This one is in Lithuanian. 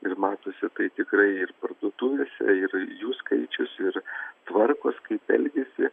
ir matosi tai tikrai ir parduotuvėse ir ir jų skaičius ir tvarkos kaip elgiasi